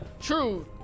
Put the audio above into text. True